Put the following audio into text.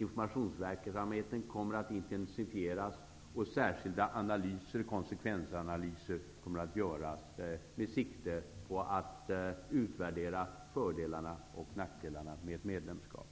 Informationsverksamheten kommer att intensifieras och särskilda konsekvensanalyser kommer att göras med sikte på att utvärdera fördelarna och nackdelarna med ett medlemskap.